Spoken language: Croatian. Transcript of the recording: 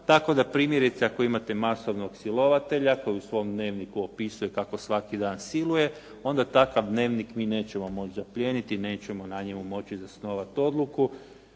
tako da primjerice ako imate masovnog silovatelja koji u svom dnevniku opisuje kako svaki dan siluje, onda takav dnevnik mi nećemo moći zaplijeniti, nećemo na njemu moći zasnovati odluku,